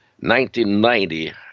1990